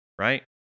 right